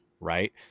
Right